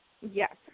Yes